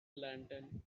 lantern